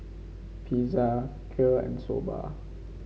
Pizza Kheer and Soba